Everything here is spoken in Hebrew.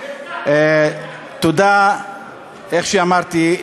כמו שאמרתי,